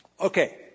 Okay